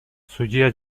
судья